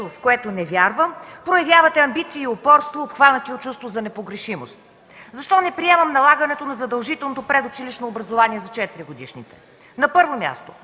в което не вярвам, проявявате амбиции и упорство, обхванати от чувство за непогрешимост. Защо не приемаме налагането на задължителното предучилищно образование за 4-годишните? На първо място,